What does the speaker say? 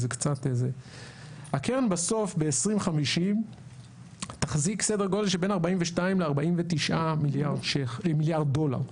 הקרן ב-2050 תחזיק סדר גודל של בין 42 ל-49 מיליארד דולר.